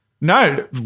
No